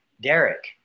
Derek